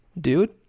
dude